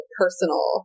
personal